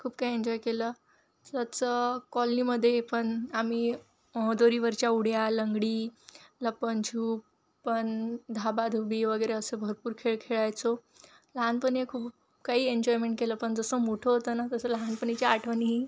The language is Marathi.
खूप काही एन्जॉय केलं तसं कॉलनीमध्ये पण आम्ही दोरीवरच्या उड्या लंगडी लपन झूप पण धाबा धूबी वगैरे असे भरपूर खेळ खेळायचो लहानपणी खूप काही एन्जॉयमेंट केलं पण जसं मोठं होतं ना तसं लहानपणीची आठवणीही